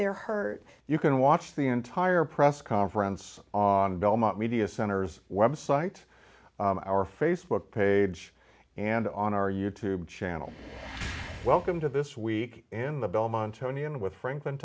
their heart you can watch the entire press conference on belmont media centers web site our facebook page and on our you tube channel welcome to this week and the belmont tony and with franklin